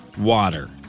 water